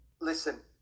listen